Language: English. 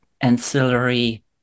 ancillary